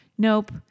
Nope